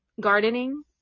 gardening